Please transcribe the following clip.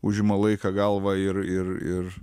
užima laiką galvą ir ir ir